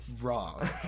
wrong